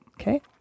Okay